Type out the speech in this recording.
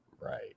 Right